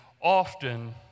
Often